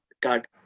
God